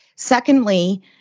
Secondly